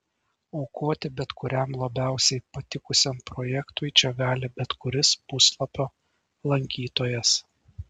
aukoti bet kuriam labiausiai patikusiam projektui čia gali bet kuris puslapio lankytojas